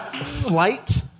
flight